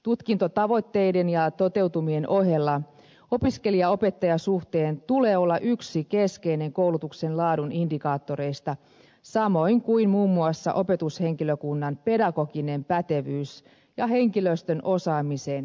tutkintotavoitteiden ja toteutumien ohella opiskelijaopettaja suhdeluvun tulee olla yksi keskeinen koulutuksen laadun indikaattoreista samoin kuin muun muassa opetushenkilökunnan pedagogisen pätevyyden ja henkilöstön osaamisen kehittämisen